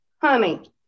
honey